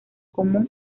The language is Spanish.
común